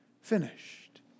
Finished